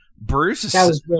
Bruce